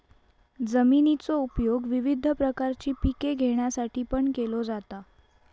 जमिनीचो उपयोग विविध प्रकारची पिके घेण्यासाठीपण केलो जाता